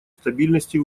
стабильности